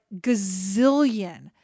gazillion